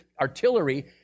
artillery